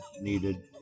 needed